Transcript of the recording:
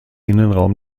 innenraum